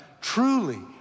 truly